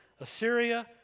assyria